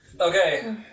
Okay